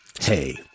Hey